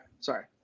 Sorry